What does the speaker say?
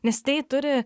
nes tai turi